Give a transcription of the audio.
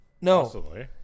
No